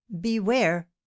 beware